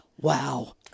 Wow